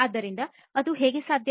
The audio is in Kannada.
ಆದ್ದರಿಂದ ಅದು ಹೇಗೆ ಸಾಧ್ಯ